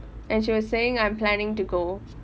and she was saying I'm planning to go